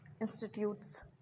institutes